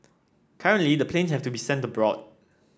currently the planes have to be sent abroad